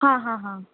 हा हा हा